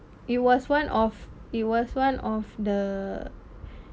it was one of it was one of the